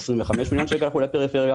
אין פגיעה בפעילות.